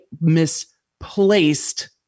misplaced